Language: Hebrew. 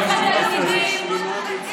אני לא יכולה לשמוע,